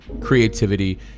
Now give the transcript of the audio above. creativity